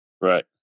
Right